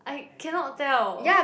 I cannot tell